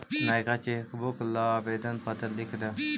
नएका चेकबुक ला आवेदन पत्र लिखा द